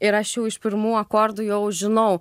ir aš jau iš pirmų akordų jau žinau